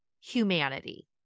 humanity